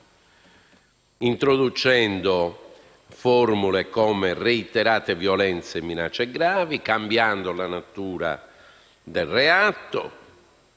introducendo formule come «reiterate violenze» e «minacce gravi», cambiando la natura del reato